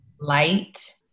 light